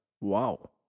Wow